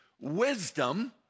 wisdom